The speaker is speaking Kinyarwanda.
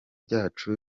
byacu